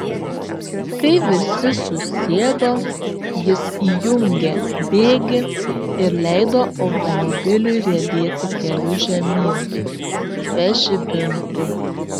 kai visi susėdo jis įjungė bėgį ir leido automobiliui riedėti keliu žemyn be žibintų